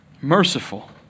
merciful